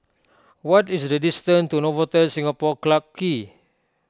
what is the distance to Novotel Singapore Clarke Quay